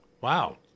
Wow